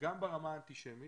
גם ברמה האנטישמי